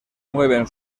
mueven